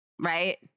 right